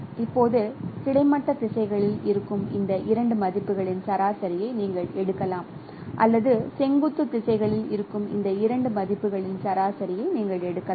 இப்போது கிடைமட்ட திசைகளில் இருக்கும் இந்த இரண்டு மதிப்புகளின் சராசரியை நீங்கள் எடுக்கலாம் அல்லது செங்குத்து திசைகளில் இருக்கும் இந்த இரண்டு மதிப்புகளின் சராசரியை நீங்கள் எடுக்கலாம்